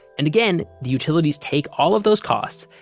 and again, the utilities take all of those costs,